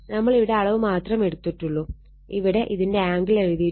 നമ്മൾ ഇവിടെ അളവ് മാത്രം എടുത്തിട്ടൊള്ളു ഇവിടെ ഇതിന്റെ ആംഗിൾ എഴുതിയിട്ടില്ല